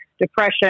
depression